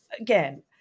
again